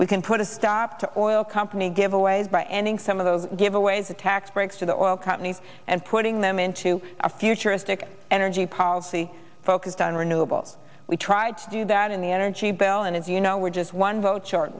we can put a stop to all company giveaways by ending some of those giveaways the tax breaks to the oil companies and putting them into a futuristic energy policy focused on renewables we tried to do that in the energy bill and as you know we're just one vote short